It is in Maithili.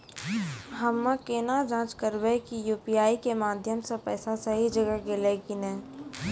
हम्मय केना जाँच करबै की यु.पी.आई के माध्यम से पैसा सही जगह गेलै की नैय?